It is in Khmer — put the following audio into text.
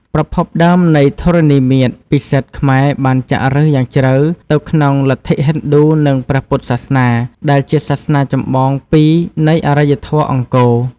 ប្រភពដើមនៃធរណីមាត្រពិសិដ្ឋខ្មែរបានចាក់ឫសយ៉ាងជ្រៅទៅក្នុងលទ្ធិហិណ្ឌូនិងព្រះពុទ្ធសាសនាដែលជាសាសនាចម្បងពីរនៃអរិយធម៌អង្គរ។